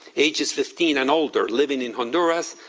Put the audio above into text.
ages fifteen and older, living in honduras,